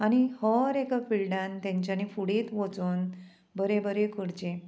आनी हर एका फिल्डान तेंच्यांनी फुडेंत वचोन बरें बरें करचें